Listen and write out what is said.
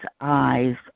eyes